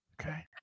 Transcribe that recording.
Okay